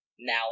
Now